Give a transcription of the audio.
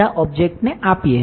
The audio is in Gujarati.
બ્જેક્ટ્સ આપીએ